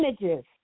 images